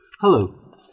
Hello